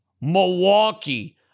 Milwaukee